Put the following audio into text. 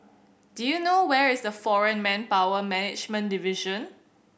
do you know where is the Foreign Manpower Management Division